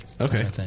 Okay